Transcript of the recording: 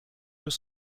deux